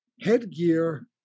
headgear